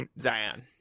Zion